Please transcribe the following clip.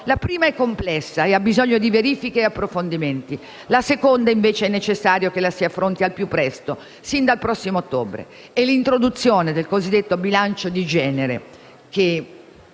La prima è complessa e ha bisogno di verifiche e approfondimenti; la seconda, invece, è necessario che la si affronti al più presto, sin dal prossimo ottobre. Speriamo e contiamo che l'introduzione del cosiddetto bilancio di genere, che